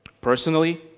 Personally